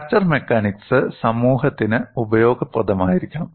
fracture mechanics സമൂഹത്തിന് ഉപയോഗപ്രദമായിരിക്കണം